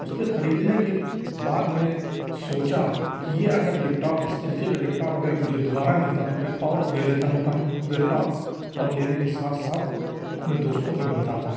اس کے خریدنے کے بعد میں نے سوچا کہ یہ اگر لیپ ٹاپ اس طریقے کا لیپ ٹاپ اگر مجھے دوبارہ ملتا تو میں اور لے لیتا موبائل لیپ ٹاپ اور لینے کے ساتھ ساتھ اپنے دوستوں کو بھی بتاتا